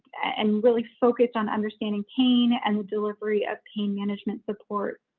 and really focused on understanding pain and the delivery of pain management support.